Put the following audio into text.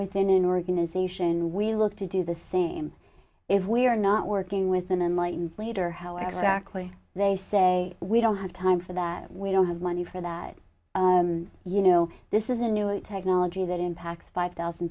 within an organization we look to do the same if we are not working with an enlightened later how exactly they say we don't have time for that we don't have money for that you know this is a new technology that impacts five thousand